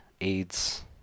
AIDS